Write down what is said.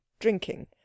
drinking